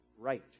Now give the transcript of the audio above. right